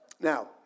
Now